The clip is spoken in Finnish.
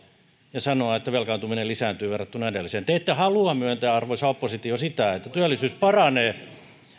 ja sanoa että velkaantuminen lisääntyy verrattuna edelliseen te ette halua myöntää arvoisa oppositio sitä että työllisyys paranee